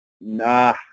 Nah